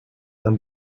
dann